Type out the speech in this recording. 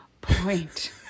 point